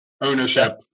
ownership